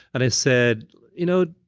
and i said you know,